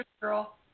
girl